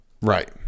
Right